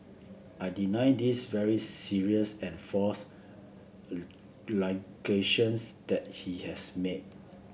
I deny this very serious and false allegations that he has made